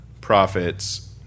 profits